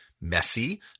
messy